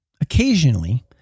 Occasionally